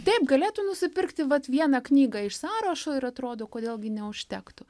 taip galėtų nusipirkti vat vieną knygą iš sąrašo ir atrodo kodėl gi neužtektų